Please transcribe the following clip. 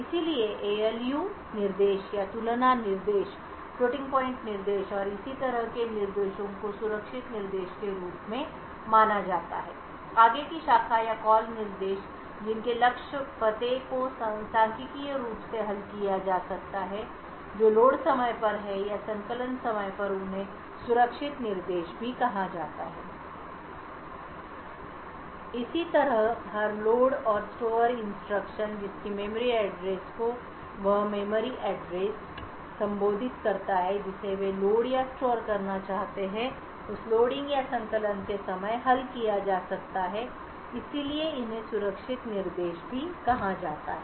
इसलिए एएलयू निर्देश या तुलना निर्देश फ्लोटिंग पॉइंट निर्देश और इसी तरह के निर्देशों को सुरक्षित निर्देश के रूप में माना जाता है आगे की शाखा या कॉल निर्देश जिनके लक्ष्य पते को सांख्यिकीय रूप से हल किया जा सकता है जो लोड समय पर हैं या संकलन समय पर उन्हें सुरक्षित निर्देश भी कहा जाताहैं इसी तरह हर लोड और स्टोर इंस्ट्रक्शन जिसकी मेमोरी एड्रेस को वह मेमोरी एड्रेस संबोधित करता है जिसे वे लोड या स्टोर करना चाहते हैं उसे लोडिंग या संकलन के समय हल किया जा सकता है इसलिए इन्हें सुरक्षित निर्देश भी कहा जाता है